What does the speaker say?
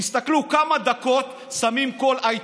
תסתכלו כמה דקות שמים לכל אייטם,